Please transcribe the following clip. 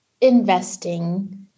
investing